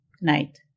night